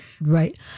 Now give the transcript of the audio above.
Right